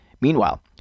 Meanwhile